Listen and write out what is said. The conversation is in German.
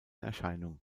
erscheinung